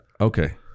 okay